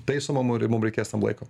taisom o mori mum reikės tam laiko